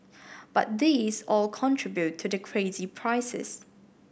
but these all contribute to the crazy prices